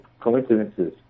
coincidences